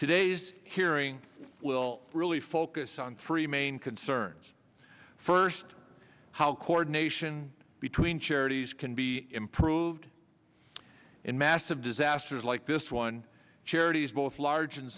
today's hearing will really focus on three main concerns first how coordination between charities can be improved in massive disasters like this one charities both large